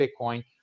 Bitcoin